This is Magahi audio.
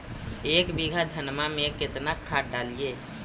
एक बीघा धन्मा में केतना खाद डालिए?